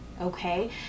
okay